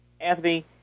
Anthony